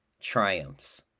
Triumphs